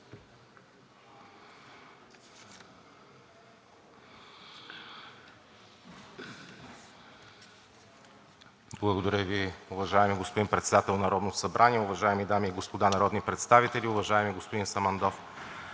Благодаря Ви, уважаеми господин Председател на Народното събрание. Уважаеми дами и господа народни представители, уважаеми господин Димитров!